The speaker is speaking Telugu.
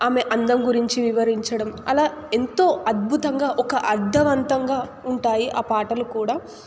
ఆమె అందం గురించి వివరించడం అలా ఎంతో అద్భుతంగా ఒక అర్థవంతంగా ఉంటాయి ఆ పాటలు కూడా